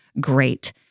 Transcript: great